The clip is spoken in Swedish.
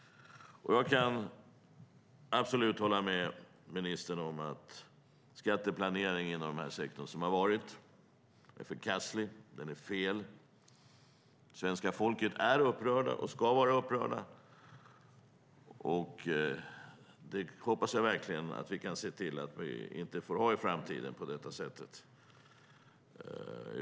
Jag kan absolut hålla med ministern om att den skatteplanering som har skett inom sektorn är förkastlig. Den är fel. Svenska folket är upprörda, och de ska vara upprörda. Jag hoppas verkligen att vi kan se till att det inte blir på detta sätt i framtiden.